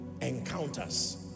encounters